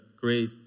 great